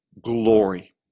glory